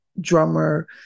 drummer